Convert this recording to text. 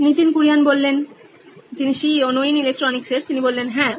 Nitin Kurian C O O নইন ইলেকট্রনিক্সহ্যাঁ